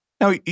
Now